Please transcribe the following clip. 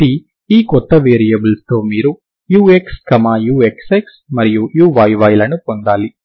కాబట్టి ఈ కొత్త వేరియబుల్స్తో మీరు ux uxx మరియు uyy లని పొందాలి